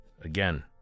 Again